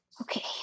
Okay